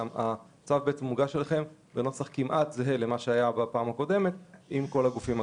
הצו מוגש בנוסח כמעט זהה למה שהיה בפעם הקודמת עם כל הגופים הקיימים.